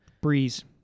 Breeze